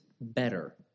better